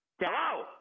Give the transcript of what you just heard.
Hello